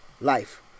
life